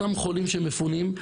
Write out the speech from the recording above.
אותם חולים שמפונים,